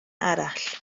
arall